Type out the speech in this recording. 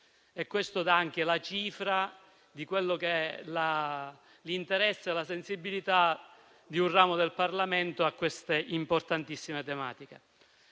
questo dà anche la cifra dell'interesse e della sensibilità di un ramo del Parlamento a importantissime tematiche.